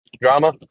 Drama